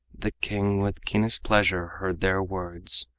the king with keenest pleasure heard their words.